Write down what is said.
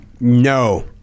No